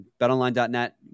Betonline.net